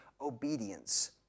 obedience